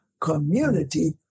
Community